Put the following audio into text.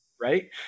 Right